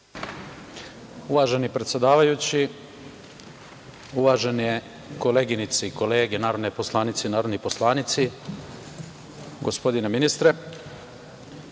Uvaženi predsedavajući, uvažene koleginice i kolege, narodne poslanice i narodni poslanici, gospodine ministre,